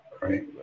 right